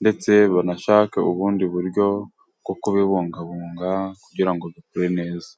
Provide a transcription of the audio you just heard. ndetse banashake ubundi buryo bwo kubibungabunga kugira ngo bikure neza.